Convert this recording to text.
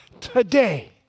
today